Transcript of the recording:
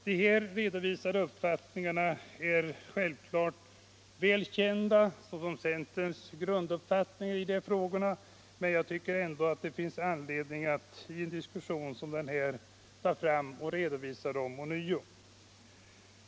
De här redovisade uppfattningarna är väl kända som centerns grundinställning i dessa frågor, men jag tycker ändå att det finns anledning att i en diskussion som denna redovisa dem ånyo.